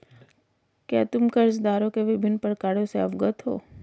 क्या तुम कर्जदारों के विभिन्न प्रकारों से अवगत हो?